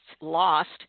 lost